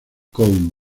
con